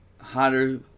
hotter